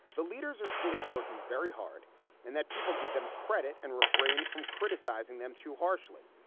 the leaders are seen as working very hard and that people give them credit and refrain from criticizing them too harshly.